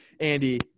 Andy